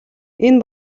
энэ